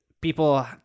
people